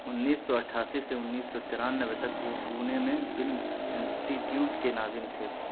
انیس سو اٹھاسی سے انیس سو ترانوے تک وہ پونے میں فلم انسٹیٹیوٹ کے ناظم تھے